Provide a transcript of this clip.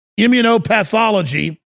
immunopathology